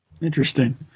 Interesting